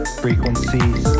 frequencies